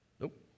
Nope